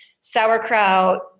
Sauerkraut